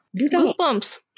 Goosebumps